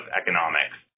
Economics